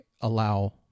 allow